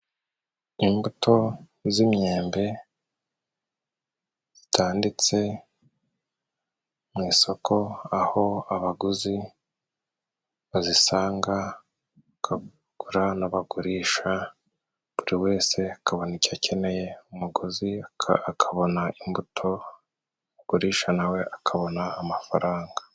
Imbuto z'imyembe zitanditse mu isoko, aho abaguzi bazisanga, bakagura n'abagurisha, buri wese akabona icyo akeneye, umuguzi akabona imbuto, ugurisha nawe akabona amafaranga.